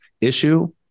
issue